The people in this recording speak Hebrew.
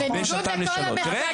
בין שנתיים לשלוש.